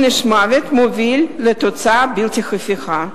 עונש מוות מוביל לתוצאה בלתי הפיכה.